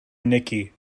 nicky